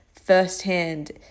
firsthand